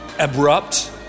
Abrupt